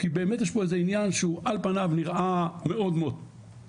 כי באמת יש פה איזה עניין שהוא על פניו נראה מאוד בעייתי.